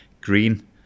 green